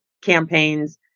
campaigns